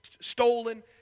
stolen